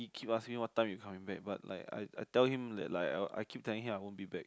keep asking what time you coming back but like I I tell him that like I keep telling him I won't be back